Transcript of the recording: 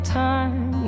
time